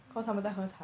oh